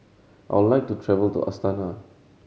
I would like to travel to Astana